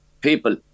people